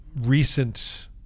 recent